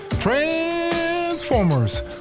Transformers